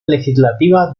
legislativa